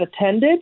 attended